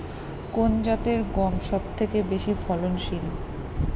কোন জাতের গম সবথেকে বেশি ফলনশীল?